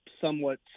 somewhat